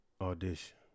audition